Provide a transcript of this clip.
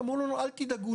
אמרנו לנו לא לדאוג,